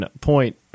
point